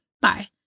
Bye